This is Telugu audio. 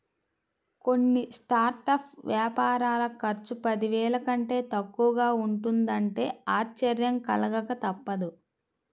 కొన్ని స్టార్టప్ వ్యాపారాల ఖర్చు పదివేల కంటే తక్కువగా ఉంటున్నదంటే ఆశ్చర్యం కలగక తప్పదు